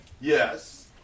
Yes